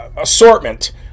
Assortment